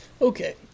Okay